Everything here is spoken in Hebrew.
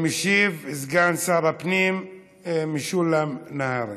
משיב סגן שר הפנים משולם נהרי.